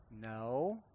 No